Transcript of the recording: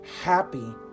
happy